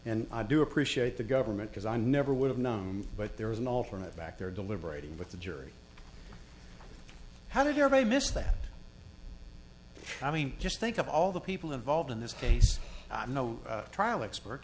and i do appreciate the government because i never would have known but there was an alternate back there deliberating with the jury how did your body miss that i mean just think of all the people involved in this case i'm no trial expert